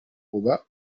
uba